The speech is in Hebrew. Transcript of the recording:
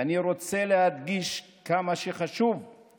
ואני רוצה להדגיש כמה חשובות